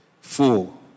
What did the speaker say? Four